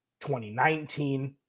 2019